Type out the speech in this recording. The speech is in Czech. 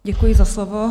Děkuji za slovo.